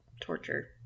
torture